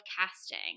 casting